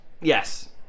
yes